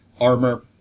armor